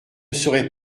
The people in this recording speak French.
serait